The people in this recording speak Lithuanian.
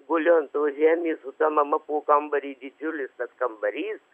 guliu ant tos žemės o ta mama po kambarį didžiulis tas kambarys